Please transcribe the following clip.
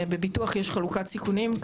בביטוח יש חלוקת סיכונים.